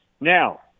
Now